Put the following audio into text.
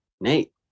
Nate